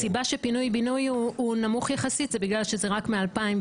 הסיבה שפינוי-בינוי הוא נמוך יחסית היא בגלל שזה רק מ-2017.